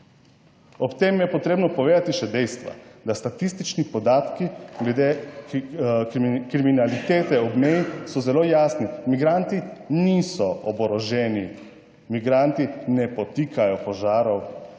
Ob tem je potrebno povedati še dejstvo, da statistični podatki glede kriminalitete ob meji so zelo jasni, migranti niso oboroženi, migranti ne podtikajo požarov